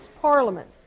Parliament